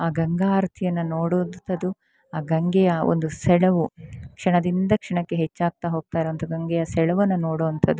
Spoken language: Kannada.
ಆ ಗಂಗಾಆರ್ತಿಯನ್ನ ನೋಡೋದು ಅಂಥದ್ದು ಆ ಗಂಗೆಯ ಒಂದು ಸೆಳವು ಕ್ಷಣದಿಂದ ಕ್ಷಣಕ್ಕೆ ಹೆಚ್ಚಾಗ್ತಾ ಹೋಗ್ತಾ ಇರೋಂಥದು ಗಂಗೆಯ ಸೆಳೆವನ್ನು ನೋಡುವಂಥದು